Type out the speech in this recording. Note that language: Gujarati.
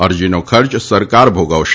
અરજીનો ખર્ચ સરકાર ભોગવશે